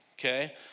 okay